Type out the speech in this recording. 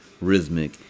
rhythmic